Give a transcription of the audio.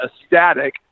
ecstatic